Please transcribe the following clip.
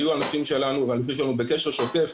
היו אנשים שלנו והאנשים שלנו בקשר שוטף,